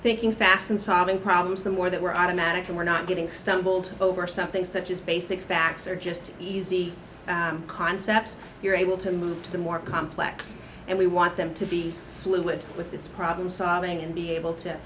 thinking fast and solving problems the more that were automatic and we're not getting stumbled over something such as basic facts or just easy concepts you're able to move to the more complex and we want them to be fluid with this problem solving and be able to